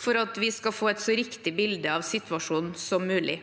for at vi skal få et så riktig bilde av situasjonen som mulig.